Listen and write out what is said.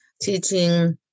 teaching